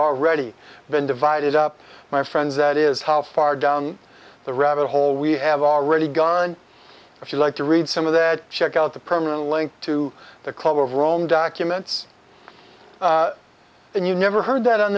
already been divided up my friends that is how far down the rabbit hole we have already gone if you like to read some of that check out the permanent link to the club of rome documents and you never heard that on